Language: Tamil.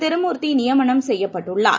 திருமூர்த்தி நியமனம் செய்யப்பட்டுள்ளார்